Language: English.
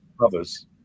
others